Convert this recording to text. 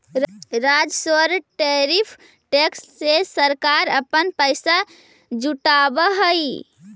राजस्व tariff tax से सरकार अपना पैसा जुटावअ हई